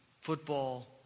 football